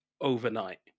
overnight